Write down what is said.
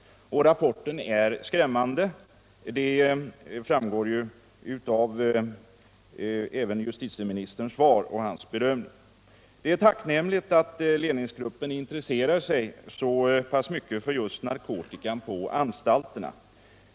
Rapporten är skrämmande, och det framgår också av justitieministerns svar till mig. Det är tacknämligt att ledningsgruppen intresserat sig så pass mycket för just narkotikan på anstalterna.